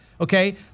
Okay